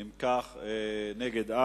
אין נגד.